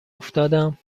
افتادم